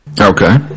Okay